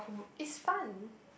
is fun